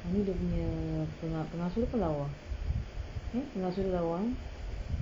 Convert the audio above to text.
ah ni dia punya pengasuh dia pun lawa eh pengasuh dia lawa